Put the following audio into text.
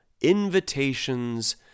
invitations